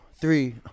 three